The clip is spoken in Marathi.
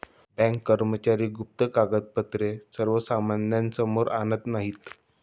बँक कर्मचारी गुप्त कागदपत्रे सर्वसामान्यांसमोर आणत नाहीत